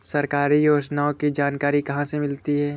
सरकारी योजनाओं की जानकारी कहाँ से मिलती है?